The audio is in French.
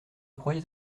croyais